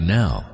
now